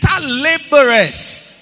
laborers